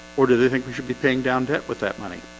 or do they think we should be paying down debt with that money?